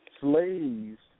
Slaves